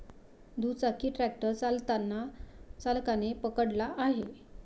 दुचाकी ट्रॅक्टर चालताना चालकाने पकडला आहे